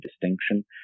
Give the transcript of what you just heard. distinction